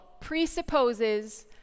presupposes